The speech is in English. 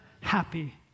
happy